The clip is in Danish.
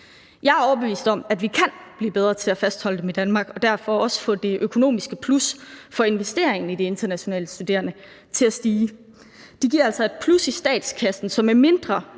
Jeg er overbevist om, at vi kan blive bedre til at fastholde dem i Danmark og derfor også få det økonomiske plus for investeringen i de internationale studerende til at stige. De giver altså et plus i statskassen, så medmindre